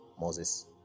Moses